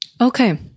Okay